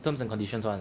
terms and conditions [one]